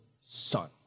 son